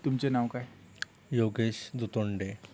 तुमचे नाव काय योगेश दुतोंडे